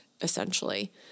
essentially